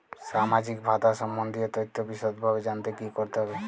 সামাজিক ভাতা সম্বন্ধীয় তথ্য বিষদভাবে জানতে কী করতে হবে?